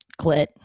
clit